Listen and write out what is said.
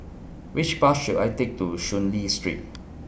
Which Bus should I Take to Soon Lee Street